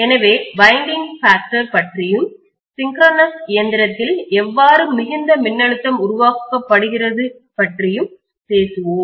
எனவே winding factor பற்றியும் synchronous இயந்திரத்தில் எவ்வாறு மிகுந்த மின்னழுத்தம் உருவாக்கப்படுகிறது பற்றியும் பேசுவோம்